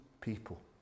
people